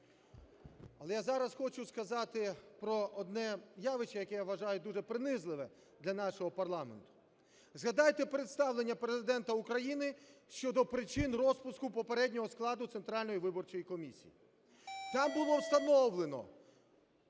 Але я зараз хочу сказати про одне явище, яке, я вважаю, дуже принизливе для нашого парламенту. Згадайте представлення Президента України щодо причин розпуску попереднього складу Центральної виборчої комісії. Там було встановлено,